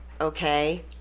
okay